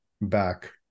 back